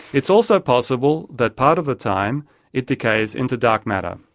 it's also possible that part of the time it decays into dark matter.